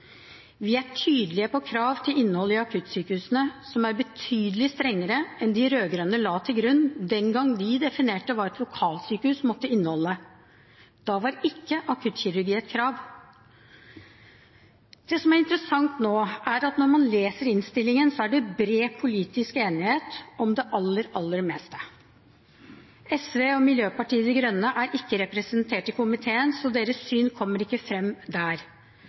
Vi er tydelige på krav til innhold i akuttsykehusene, som er betydelig strengere enn de rød-grønne la til grunn den gang de definerte hva et lokalsykehus måtte inneholde. Da var ikke akuttkirurgi et krav. Det som er interessant nå, er at når man leser innstillingen, er det bred politisk enighet om det aller, aller meste. SV og Miljøpartiet De Grønne er ikke representert i komiteen, så deres syn kommer ikke fram der.